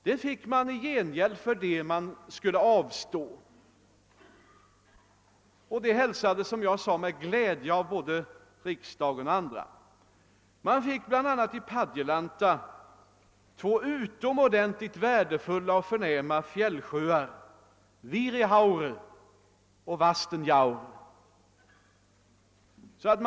Det fick man i gengäld för det man skulle avstå och detta hälsades, som jag sade, med glädje både i riksdagen och på andra håll. I Padjelanta fick man bl.a. två utomordentligt värdefulla fjällsjöar, Virijaure och Vastenjaure.